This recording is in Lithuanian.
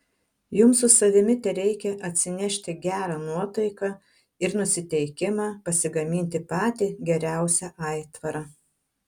jums su savimi tereikia atsinešti gerą nuotaiką ir nusiteikimą pasigaminti patį geriausią aitvarą